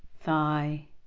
thigh